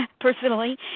personally